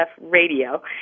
radio